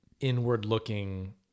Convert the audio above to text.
inward-looking